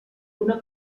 una